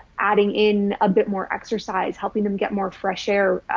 adding in a bit more exercise, helping them get more fresh air,